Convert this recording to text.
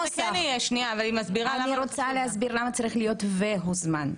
אני רוצה להסביר למה צריך להיות "והוזמן".